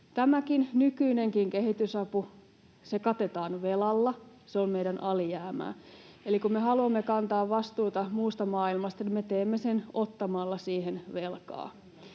Tämä nykyinenkin kehitysapu katetaan velalla, se on meidän alijäämää. Eli kun me haluamme kantaa vastuuta muusta maailmasta, niin me teemme sen ottamalla siihen velkaa.